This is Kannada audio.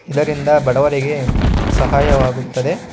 ಇದರಿಂದ ಬಡವರಿಗೆ ಸಹಾಯವಾಗುತ್ತದೆ